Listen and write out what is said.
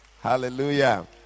Hallelujah